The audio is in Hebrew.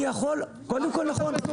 קודם כל, נכון.